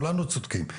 כולנו צודקים,